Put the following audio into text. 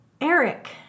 Eric